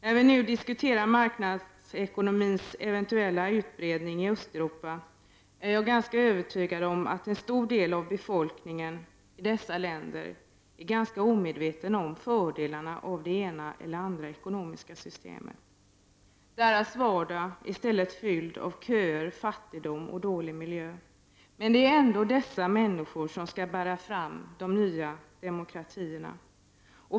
När vi nu diskuterar marknadsekonomins eventuella utbredning i Östeuropa är jag ganska övertygad om att en stor del av befolkningen i dessa länder är tämligen omedveten om fördelarna i det ena eller det andra ekonomiska systemet. Människornas vardag är i stället fylld av köer, fattigdom och dålig miljö. Det är ändå dessa människor som skall bära fram de nya demokratierna.